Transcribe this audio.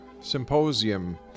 symposium